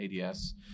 ADS